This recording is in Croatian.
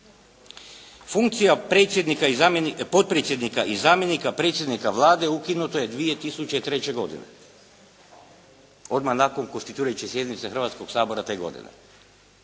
Funkcija potpredsjednika i zamjenika Vlade ukinuta je 2003. godine, odmah nakon konstituirajuće sjednice Hrvatskoga sabora te godine.